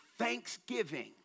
thanksgiving